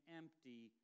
empty